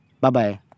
Bye-bye